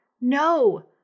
No